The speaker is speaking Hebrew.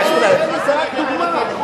קשור, עזריאלי זה רק דוגמה.